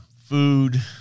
food